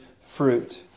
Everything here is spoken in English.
fruit